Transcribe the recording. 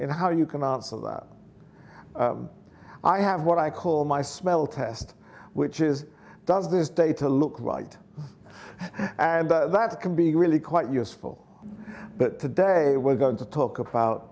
in how you can answer that i have what i call my smell test which is does this data look right and that can be really quite useful but today we're going to talk about